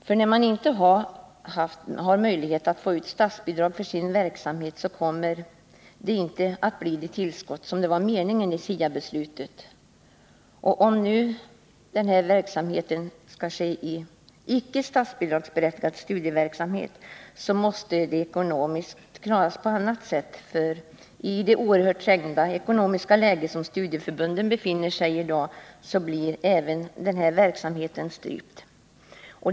När studieförbunden inte har möjlighet att få ut statsbidrag för sin verksamhet, kommer skolan inte att kunna tillföras ett sådant tillskott som avsågs med beslutet om SIA-reformen. Om studiecirkelverksamheten skall drivas som icke statsbidragsberättigad studieverksamhet, måste den ekonomiska frågan lösas på annat sätt, för med det oerhört trängda ekonomiska läge som studieförbunden befinner sig i i dag kommer den här verksamheten annars att omöjliggöras.